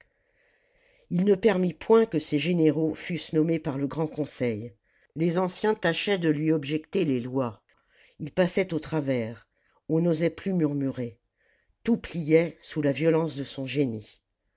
il ne permit point que ses généraux fussent nommés par le grand conseil les anciens tâchaient de lui objecter les lois il passait au travers on n'osait plus murmurer tout pliait sous la violence de son génie